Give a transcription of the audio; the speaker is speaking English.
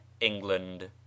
england